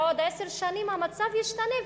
בעוד עשר שנים המצב ישתנה,